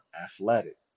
athletic